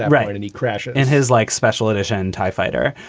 right? and he crashes in his like, special edition tie fighter.